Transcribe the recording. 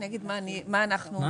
אני אגיד מה אנחנו עושים.